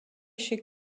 chez